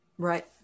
Right